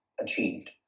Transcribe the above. achieved